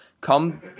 Come